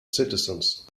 citizens